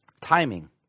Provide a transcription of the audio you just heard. Timing